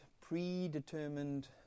predetermined